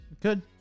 Good